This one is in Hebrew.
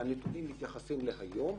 והנתונים מתייחסים להיום.